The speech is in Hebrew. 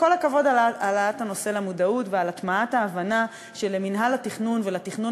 כל הכבוד על העלאת הנושא למודעות ועל הטמעת ההבנה שלמינהל התכנון ולתכנון